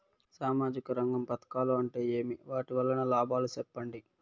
సామాజిక రంగం పథకాలు అంటే ఏమి? వాటి వలన లాభాలు సెప్పండి?